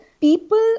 people